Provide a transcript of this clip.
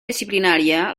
disciplinària